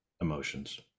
emotions